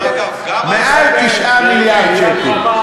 מעל 9 מיליארד שקל.